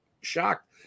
shocked